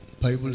Bible